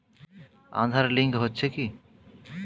Aadhaar link হচ্ছে কি?